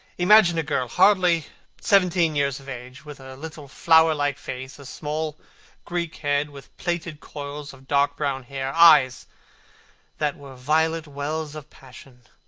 imagine a girl, hardly seventeen years of age, with a little, flowerlike face, a small greek head with plaited coils of dark-brown hair, eyes that were violet wells of passion,